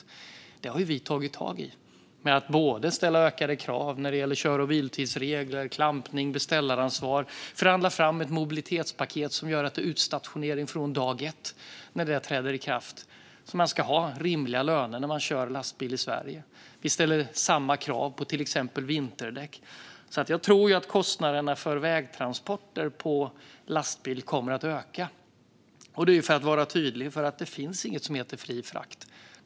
Detta har ju vi tagit tag i genom att ställa ökade krav när det gäller regler för körtid och vilotid, klampning och beställaransvar samt genom att förhandla fram ett mobilitetspaket som, när det träder i kraft, gör att det är utstationering från dag ett som gäller. Man ska ha rimliga löner när man kör lastbil i Sverige. Vi ställer samma krav på till exempel vinterdäck. Jag tror alltså att kostnaderna för vägtransporter på lastbil kommer att öka. Det är ju, för att vara tydlig, för att det inte finns något som heter "fri frakt".